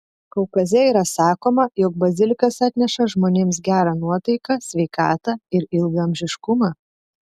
kaukaze yra sakoma jog bazilikas atneša žmonėms gerą nuotaiką sveikatą ir ilgaamžiškumą